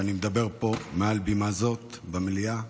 שבה אני מדבר פה מעל במה זאת במליאה.